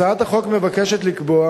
הצעת החוק מבקשת לקבוע